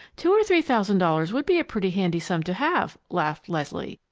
two or three thousand dollars would be a pretty handy sum to have! laughed leslie.